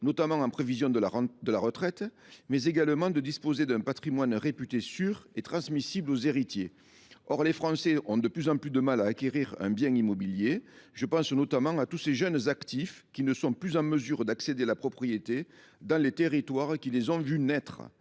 notamment en prévision de la retraite, mais également de disposer d’un patrimoine réputé sûr et transmissible aux héritiers. Or les Français ont de plus en plus de mal à acquérir un bien immobilier. Je pense notamment à tous ces jeunes actifs qui ne sont plus en mesure d’accéder à la propriété dans les territoires qui les ont vus naître.